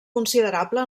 considerable